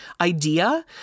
idea